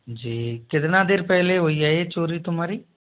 जी कितना देर पहले हुई है ये चोरी तुम्हारी